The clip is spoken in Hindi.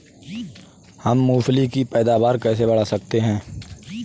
हम मूंगफली की पैदावार कैसे बढ़ा सकते हैं?